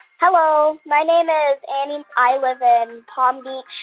hello. my name is annie. i live in palm beach,